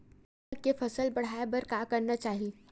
चना के फसल बढ़ाय बर का करना चाही?